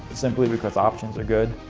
simply because options are good.